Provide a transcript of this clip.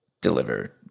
deliver